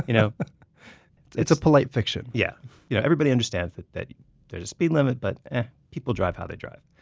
you know it's a polite fiction yeah yeah everybody understands that that there's a speed limit, but people drive how they drive.